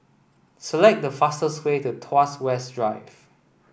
select the fastest way to Tuas West Drive